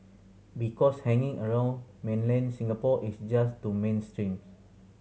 because hanging around mainland Singapore is just too mainstream